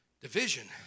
division